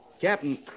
Captain